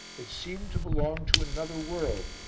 it seemed to belong to another world,